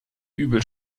übel